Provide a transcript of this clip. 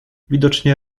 widocznie